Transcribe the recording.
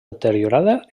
deteriorada